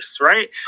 right